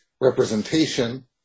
representation